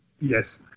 Yes